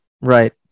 Right